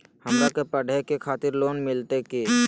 हमरा के पढ़े के खातिर लोन मिलते की?